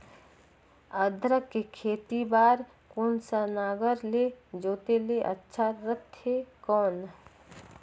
अदरक के खेती बार कोन सा नागर ले जोते ले अच्छा रथे कौन?